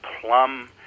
plum